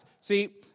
See